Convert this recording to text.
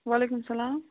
وعلیکُم سلام